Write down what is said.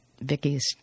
Vicky's